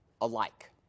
alike